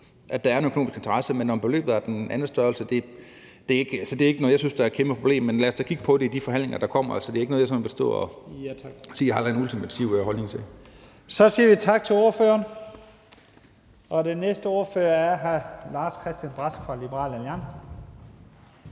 at der er en økonomisk interesse, men om beløbet er af en anden størrelse, er ikke noget, jeg synes er et kæmpe problem. Men lad os da kigge på det i de forhandlinger, der kommer. Det er ikke noget, jeg sådan vil stå og sige at jeg har en eller anden ultimativ holdning til. Kl. 15:48 Første næstformand (Leif Lahn Jensen): Så siger vi tak til ordføreren. Den næste ordfører er hr. Lars-Christian Brask fra Liberal Alliance.